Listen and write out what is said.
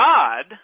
God